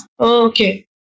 Okay